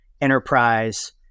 enterprise